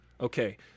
Okay